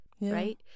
Right